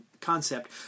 concept